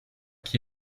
qui